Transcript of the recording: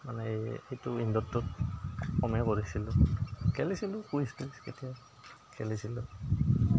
মানে এইটো ইণ্ড'ৰটোত কমেই কৰিছিলোঁ খেলিছিলোঁ কুইজ তুইজ কেতিয়াবা খেলিছিলোঁ